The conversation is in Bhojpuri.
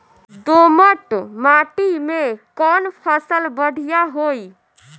दोमट माटी में कौन फसल बढ़ीया होई?